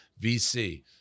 VC